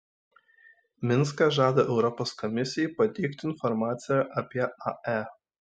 minskas žada europos komisijai pateikti informaciją apie ae